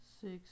six